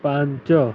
ପାଞ୍ଚ